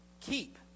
keep